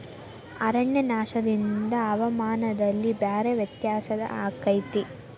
ಅರಣ್ಯನಾಶದಿಂದ ಹವಾಮಾನದಲ್ಲಿ ಭಾರೇ ವ್ಯತ್ಯಾಸ ಅಕೈತಿ